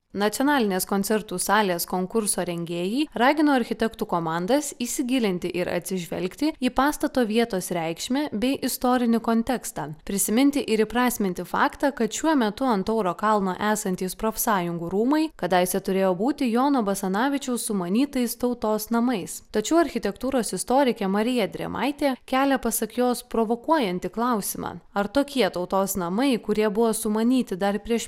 nacionalinės koncertų salės konkurso rengėjai ragino architektų komandas įsigilinti ir atsižvelgti į pastato vietos reikšmę bei istorinį kontekstą prisiminti ir įprasminti faktą kad šiuo metu ant tauro kalno esantys profsąjungų rūmai kadaise turėjo būti jono basanavičiaus sumanytais tautos namais tačiau architektūros istorikė marija drėmaitė kelia pasak jos provokuojantį klausimą ar tokie tautos namai kurie buvo sumanyti dar prieš